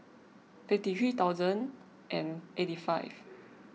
fifty three thousand and eighty five